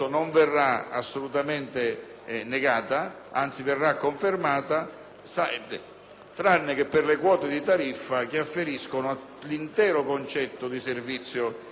eccezione delle quote di tariffa che afferiscono all'intero concetto di servizio di depurazione.